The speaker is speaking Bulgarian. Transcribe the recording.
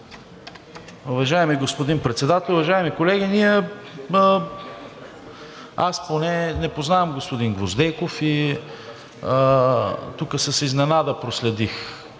Уважаеми господин Председател, уважаеми колеги! Аз поне не познавам господин Гвоздейков и тук с изненада проследих